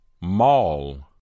Mall